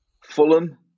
Fulham